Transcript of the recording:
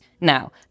Now